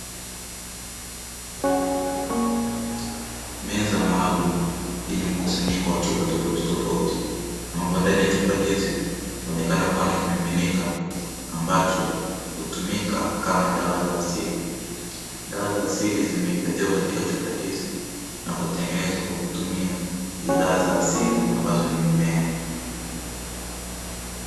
Meza maalum yenye mkusanyiko wa chupa tofauti tofauti ambapo ndani ya chupa hizi kuonekana kuwa na kimiminika ambacho hutumika kama dawa za asili. Dawa za asili zimehifadhiwa katika chupa hizi na kutengeneza kwa kutumia bidhaa za asili ambazo ni mimea.